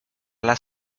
las